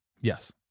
Yes